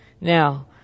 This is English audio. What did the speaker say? now